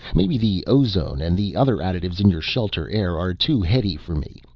maybe the ozone and the other additives in your shelter air are too heady for me.